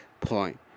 Point